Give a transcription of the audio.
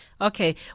Okay